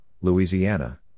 Louisiana